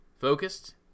focused